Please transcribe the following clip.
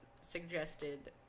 suggested